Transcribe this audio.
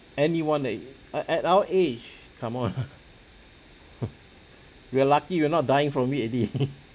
anyone they at at our age come on we're lucky we're not dying from it already